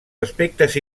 aspectes